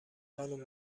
خانم